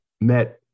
met